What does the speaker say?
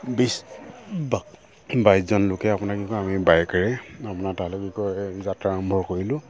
বিছ বা বাইছজন লোকে আপোনাৰ কি কয় আমি বাইকেৰে আপোনাৰ তালৈকে গৈ যাত্ৰা আৰম্ভ কৰিলোঁ